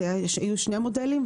אלו שני מודלים,